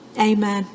Amen